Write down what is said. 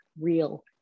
real